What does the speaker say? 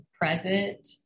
present